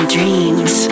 Dreams